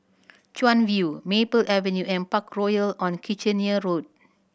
Chuan View Maple Avenue and Parkroyal on Kitchener Road